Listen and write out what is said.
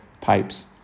pipes